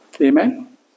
Amen